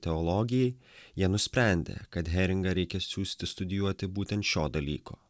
teologijai jie nusprendė kad heringą reikia siųsti studijuoti būtent šio dalyko